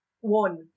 one